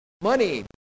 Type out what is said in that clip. money